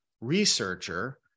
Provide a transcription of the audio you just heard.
researcher